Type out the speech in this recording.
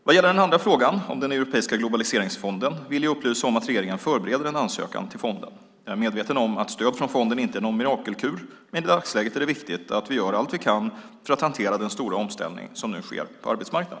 Vad gäller den andra frågan, om den europeiska globaliseringsfonden, vill jag upplysa om att regeringen förbereder en ansökan till fonden. Jag är medveten om att stöd från fonden inte är någon mirakelkur, men i dagsläget är det viktigt att vi gör allt vi kan för att hantera den stora omställning som nu sker på arbetsmarknaden.